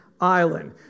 island